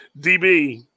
DB